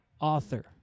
author